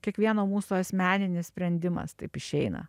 kiekvieno mūsų asmeninis sprendimas taip išeina